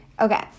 Okay